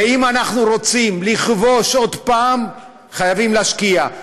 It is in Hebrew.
ואם אנחנו רוצים לכבוש עוד פעם, חייבים להשקיע.